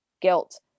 guilt